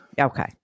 Okay